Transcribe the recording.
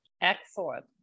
Excellent